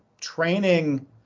training